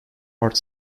art